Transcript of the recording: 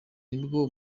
nibwo